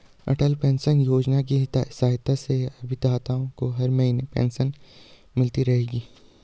अटल pension Yojana की सहायता से अभिदाताओं को हर महीने पेंशन मिलती रहेगी